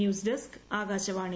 news desk Akashvani